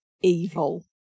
evil